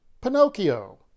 Pinocchio